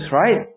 right